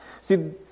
See